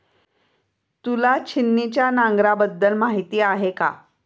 तुला छिन्नीच्या नांगराबद्दल माहिती आहे का?